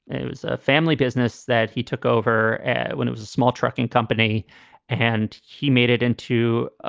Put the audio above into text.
it was a family business that he took. over when it was a small trucking company and he made it into, ah